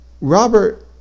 Robert